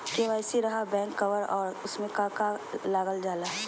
KYC रहा back cover और उसमें का का लागल जाला?